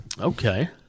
Okay